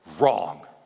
wrong